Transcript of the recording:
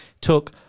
took